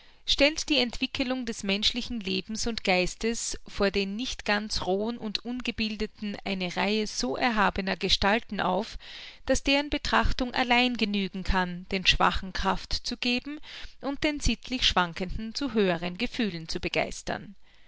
stellt die entwickelung des menschlichen lebens und geistes vor dem nicht ganz rohen und ungebildeten eine reihe so erhabener gestalten auf daß deren betrachtung allein genügen kann den schwachen kraft zu geben und den sittlich schwankenden zu höheren gefühlen zu begeistern